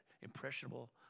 impressionable